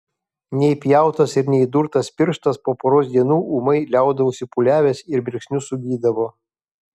neįpjautas ir neįdurtas pirštas po poros dienų ūmai liaudavosi pūliavęs ir mirksniu sugydavo